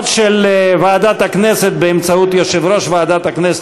שלוש דקות,